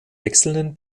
wechselnden